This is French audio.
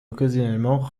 occasionnellement